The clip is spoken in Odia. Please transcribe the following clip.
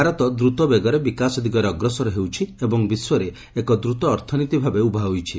ଭାରତ ଦ୍ରତ ବେଗରେ ବିକାଶ ଦିଗରେ ଅଗ୍ରସର ହେଉଛି ଏବଂ ବିଶ୍ୱରେ ଏକ ଦୂତ ଅର୍ଥନୀତି ଭାବେ ଉଭା ହୋଇଛି